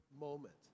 moment